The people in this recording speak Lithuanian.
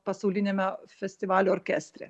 pasauliniame festivalio orkestre